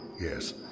Yes